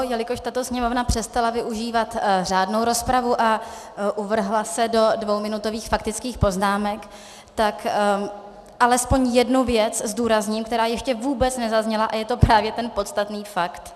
Jelikož tato Sněmovna přestala využívat řádnou rozpravu a uvrhla se do dvouminutových faktických poznámek, tak alespoň jednu věc zdůrazním, která ještě vůbec nezazněla, a je to právě ten podstatný fakt.